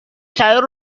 sayur